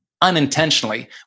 unintentionally